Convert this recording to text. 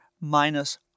minus